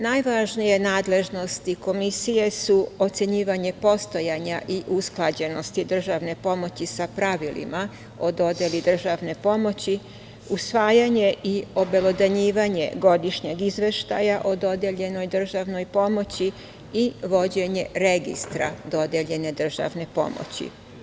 Najvažnije nadležnosti Komisije su ocenjivanje postojanja i usklađenosti državne pomoći sa pravilima o dodeli državne pomoći, usvajanje i obelodanjivanje godišnjeg izveštaja o dodeljenoj državnoj pomoći i vođenje registra dodeljene državne pomoći.